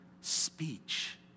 speech